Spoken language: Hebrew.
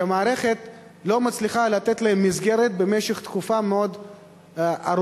שהמערכת לא מצליחה לתת להם מסגרת חינוכית מתאימה במשך תקופה מאוד ארוכה.